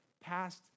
past